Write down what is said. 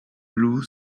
blue